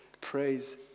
Praise